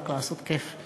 רק לעשות כיף,